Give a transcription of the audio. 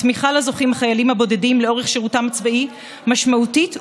התמיכה שלה זוכים החיילים הבודדים לאורך שירותם הצבאי משמעותית ומרגשת,